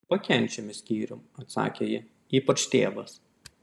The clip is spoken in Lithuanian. pakenčiami skyrium atsakė ji ypač tėvas